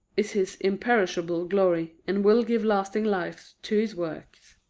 is his imperishable glory, and will give lasting life to his works.